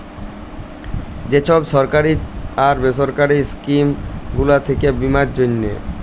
যে ছব সরকারি আর বেসরকারি ইস্কিম গুলা থ্যাকে বীমার জ্যনহে